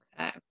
Okay